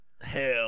Hell